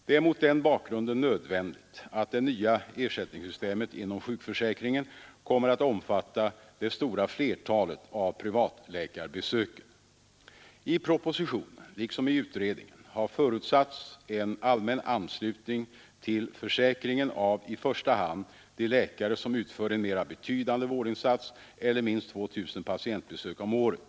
Det är mot den bakgrunden nödvändigt att det nya ersättningssystemet inom sjukförsäkringen kommer att omfatta det stora Ersättningsregler för flertalet av privatläkarbesöken. läkarvård hos privat I propositionen, liksom i utredningen, har förutsatts en allmän praktiserande läkare anslutning till försäkringen av i första hand de läkare som utför en mera m.m. betydande vårdinsats eller minst 2 000 patientbesök om året.